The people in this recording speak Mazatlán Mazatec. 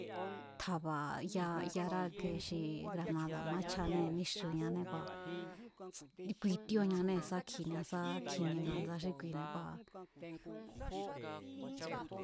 Tja̱ba̱ ya yará xi granada̱ maáchjáanée̱ níxuñané kua̱ kui tíóñanée̱ sá kjinia sá kjinie nga̱ndsaa xí kuine̱ kua̱ tsjan.